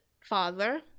father